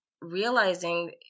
realizing